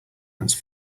dance